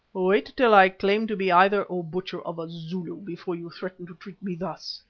wait till i claim to be either, o butcher of a zulu, before you threaten to treat me thus!